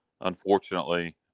unfortunately